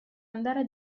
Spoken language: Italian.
andare